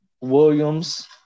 Williams